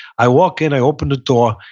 i walk in, i open the door,